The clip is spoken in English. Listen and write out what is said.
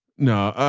no, ah